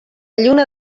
lluna